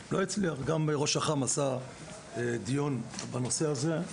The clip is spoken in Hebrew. גם ראש אח"ם עשה דיון בנושא הזה,